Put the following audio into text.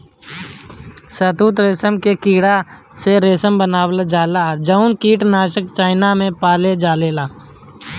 शहतूत रेशम के कीड़ा से रेशम बनावल जाला जउन कीट चाइना में पालल जाला